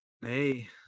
hey